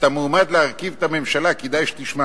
אתה מועמד להרכיב את הממשלה, כדאי שתשמע